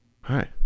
Hi